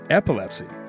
epilepsy